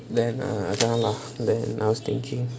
then err ya lah I was thinking